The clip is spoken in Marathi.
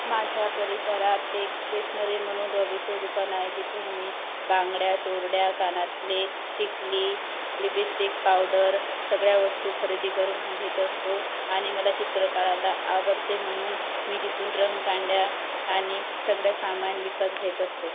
माझ्या परिसरात एक स्टेशनरी म्हणून रवीचे दुकान आहे तिथून मी बांगड्या तोरड्या कानातले टिकली लिपिस्टिक पाऊडर सगळ्या वस्तू खरेदी करून घेत असतो आणि मला चित्र काढायला आवडते म्हणून मी तिथून रंगकांड्या आणि सगळे सामान विकत घेत असते